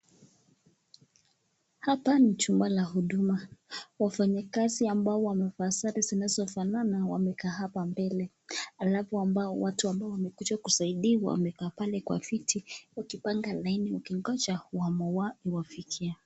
Hapa ni chumba la huduma wafanyikazi ambao wamevaa sare zinasofanana wamekaa hapa mbele alfu watu ambao wamekuja kusaidiwa wamekaa pale kwa viti wakipanga laini wakingoja awamu wao wafikie.